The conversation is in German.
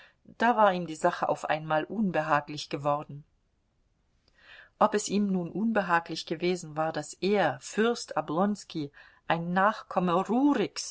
da war ihm die sache auf einmal unbehaglich geworden ob es ihm nun unbehaglich gewesen war daß er fürst oblonski ein nachkomme